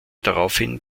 daraufhin